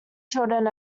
children